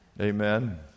Amen